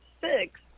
six